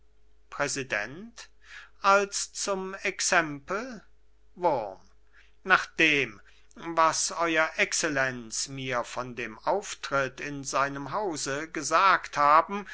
präsident als zum exempel wurm nach dem was ew excellenz mir von dem auftritt in seinem hause gesagt haben